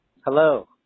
Hello